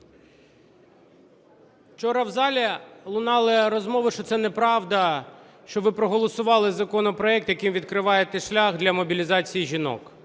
Вчора в залі лунали розмови, що це неправда, що ви проголосували законопроект, яким відкриваєте шлях для мобілізації жінок.